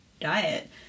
diet